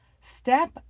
Step